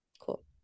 Cool